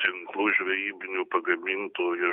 tinklų žvejybinių pagamintų iš